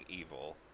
evil